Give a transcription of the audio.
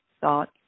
thought